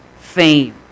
fame